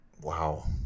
wow